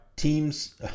Teams